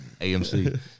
amc